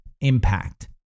impact